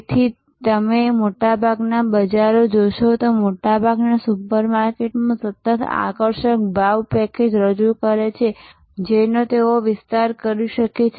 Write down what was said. તેથી તેથી જ તમે મોટાભાગના બજારો જોશો મોટા ભાગના સુપર માર્કેટમાં તેઓ સતત આકર્ષક ભાવ પેકેજ રજૂ કરે છે જેનો તેઓ વિસ્તાર કરી શકે છે